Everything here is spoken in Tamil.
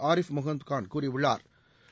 ஆரிஃப் முகமதுகான் கூறியுள்ளா்